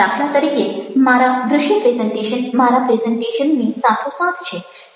દાખલા તરીકે મારા દ્રશ્ય પ્રેઝન્ટેશન મારા પ્રેઝન્ટેશનની સાથોસાથ છે